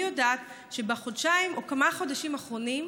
אני יודעת שבחודשיים, או כמה חודשים אחרונים,